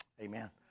Amen